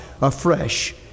afresh